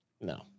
No